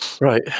Right